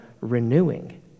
renewing